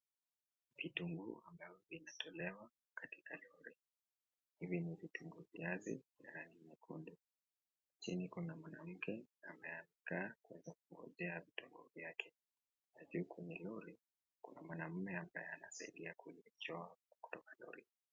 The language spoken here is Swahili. Vitunguu ambavyo vinatolewa katika ,hivi ni vitunguu viazi vya rangi nyekundu chini kuna mwanamke ambaye amekaa kwa kuotea vitunguu vyake ,ndani ya lori kuna mwanaume ambaye anasaidia kuvitoa kutoka lori.